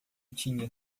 tinha